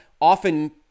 often